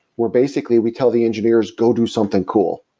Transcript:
where basically we tell the engineers, go do something cool.